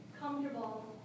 comfortable